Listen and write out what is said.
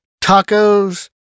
tacos